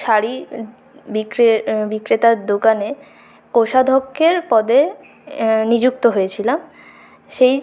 শাড়ি বিক্রে বিক্রেতার দোকানে কোষাধক্যের পদে নিযুক্ত হয়েছিলাম সেই